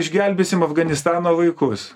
išgelbėsim afganistano vaikus